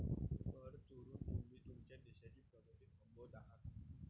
कर चोरून तुम्ही तुमच्या देशाची प्रगती थांबवत आहात